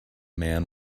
man